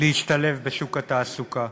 להשתלב בשוק התעסוקה.